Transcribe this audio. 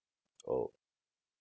oh